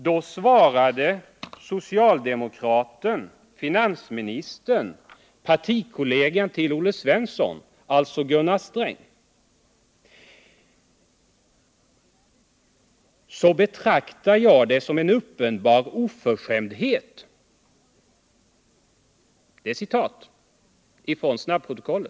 Då svarade socialdemokraten, finansministern och partikollegan till Olle Svensson, Gunnar Sträng, med användande av orden: ”så betraktar jag det som en uppenbar oförskämdhet”. Det är ett citat från snabbprotokollet.